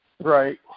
Right